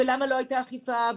למה לא הייתה אכיפה,